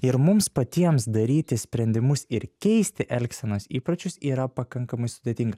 ir mums patiems daryti sprendimus ir keisti elgsenos įpročius yra pakankamai sudėting